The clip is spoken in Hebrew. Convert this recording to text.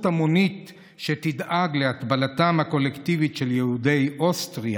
המונית שתדאג להטבלתם הקולקטיבית של יהודי אוסטריה.